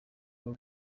rwo